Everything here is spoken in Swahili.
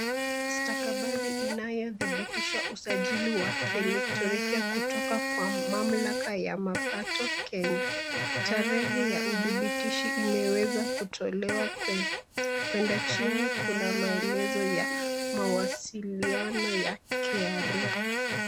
Stakabadhi inayodhibitisha usajili wa kielektroniki kutoka kwa mamlaka ya mapato Kenya, tarehe ya udhibitishi imeweza kutolewa kwenda chini kuna maelezo ya mawasiliano ya KRA.